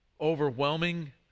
overwhelming